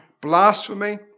Blasphemy